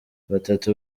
batatu